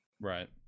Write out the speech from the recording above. Right